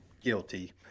guilty